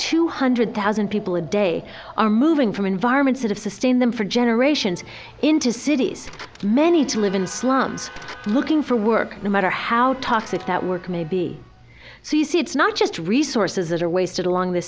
two hundred thousand people a day are moving from environments that have sustain them for generations into cities many to live in slums looking for work no matter how toxic that work may be so you see it's not just resources that are wasted along th